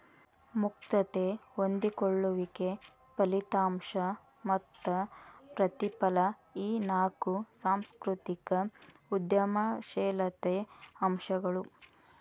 ಮುಕ್ತತೆ ಹೊಂದಿಕೊಳ್ಳುವಿಕೆ ಫಲಿತಾಂಶ ಮತ್ತ ಪ್ರತಿಫಲ ಈ ನಾಕು ಸಾಂಸ್ಕೃತಿಕ ಉದ್ಯಮಶೇಲತೆ ಅಂಶಗಳು